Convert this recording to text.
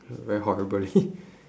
very horribly